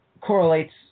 Correlates